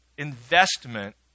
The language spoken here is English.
investment